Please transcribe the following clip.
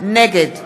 נגד